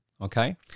okay